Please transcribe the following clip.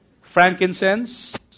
frankincense